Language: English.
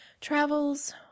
travels